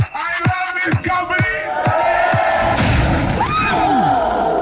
i